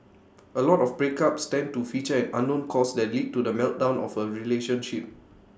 A lot of breakups tend to feature an unknown cause that lead to the meltdown of A relationship